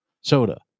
soda